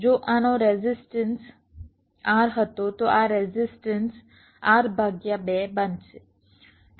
જો આનો resistance R હતો તો આ રેઝિસ્ટન્સ R ભાગ્યા 2 બનશે